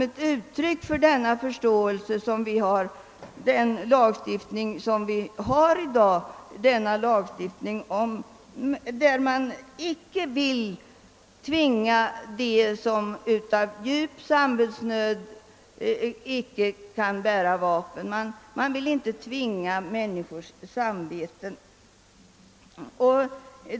Ett uttryck för denna förståelse utgör också nu gällande lagstiftning, vilken innebär att man inte vill tvinga dem som av djup samvetsnöd icke anser sig kunna bära vapen att handla mot sitt samvete.